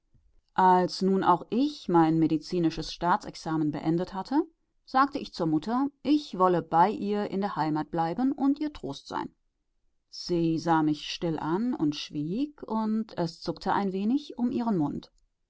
als nun auch ich mein medizinisches staatsexamen beendet hatte sagte ich zur mutter ich wolle bei ihr in der heimat bleiben und ihr trost sein sie sah mich still an und schwieg und es zuckte ein wenig um ihren mund